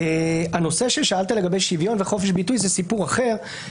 הנושא ששאלת לגבי שוויון וחופש ביטוי זה סיפור אחר,